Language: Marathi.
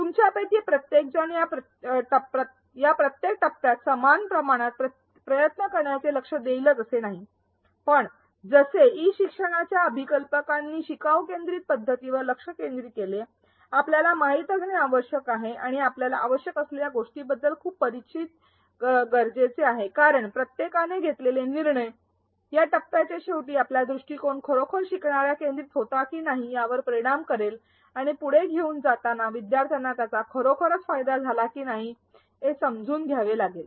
तुमच्यापैकी प्रत्येकजण या प्रत्येक टप्प्यात समान प्रमाणात प्रयत्न करण्याकडे लक्ष देईलच असे नाही पण जसे ई शिक्षणाच्या अभिकल्पकांनी शिकाऊ केंद्रित पध्दतीवर लक्ष केंद्रित केले आपल्याला माहित असणे आवश्यक आहे आणि आपल्याला आवश्यक असलेल्या गोष्टींबद्दल खूप परिचित गरजेचे आहे कारण प्रत्येकाने घेतलेले निर्णय या टप्प्याच्या शेवटी आपला दृष्टीकोण खरोखर शिकणारा केंद्रित होता की नाही यावर परिणाम करेल आणि पुढे घेऊन जाताना विद्यार्थ्यांना त्याचा खरोखरच फायदा झाला की नाही हे समजून घ्यावे लागेल